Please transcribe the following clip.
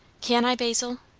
can i, basil?